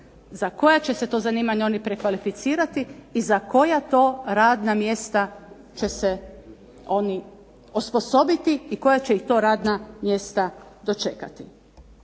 Za koja će se to zanimanja oni prekvalificirati i za koja to radna mjesta će se oni osposobiti i koja će ih to radna mjesta dočekati.